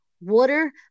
water